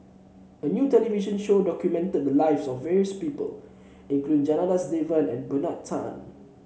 a new television show documented the lives of various people including Janadas Devan and Bernard Tan